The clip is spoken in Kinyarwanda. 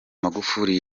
magufuli